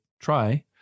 try